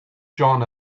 john